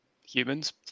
humans